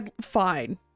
Fine